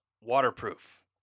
waterproof